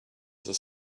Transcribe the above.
there